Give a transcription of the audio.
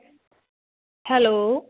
hello